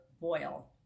boil